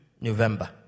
November